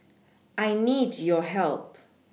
I need your help